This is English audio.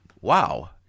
wow